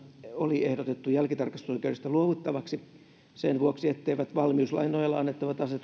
oli ehdotettu jälkitarkastusoikeudesta luovuttavaksi sen vuoksi etteivät valmiuslain nojalla annettavat asetukset enää